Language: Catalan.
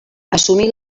assumir